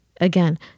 Again